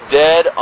dead